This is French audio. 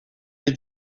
les